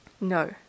No